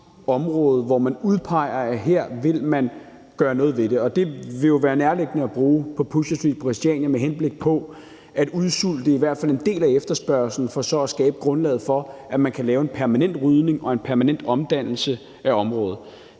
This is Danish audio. og hvor man siger, at her vil man gøre noget ved det. Det vil jo være nærliggende at bruge på Pusherstreet på Christiania med henblik på at udsulte i hvert fald en del af efterspørgslen for så at skabe grundlaget for, at man kan lave en permanent rydning og en permanent omdannelse af området.